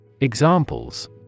Examples